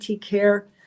care